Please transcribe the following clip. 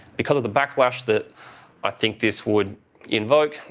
because of the backlash that i think this would invoke.